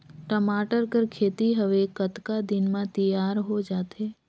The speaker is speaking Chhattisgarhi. टमाटर कर खेती हवे कतका दिन म तियार हो जाथे?